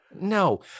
No